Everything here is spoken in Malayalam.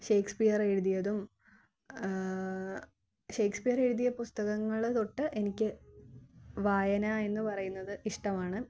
ഷേക്സ്പിയർ എഴുതിയതും ഷേക്സ്പിയർ എഴുതിയ പുസ്തകങ്ങള് തൊട്ട് എനിക്ക് വായന എന്ന് പറയുന്നത് ഇഷ്ടമാണ്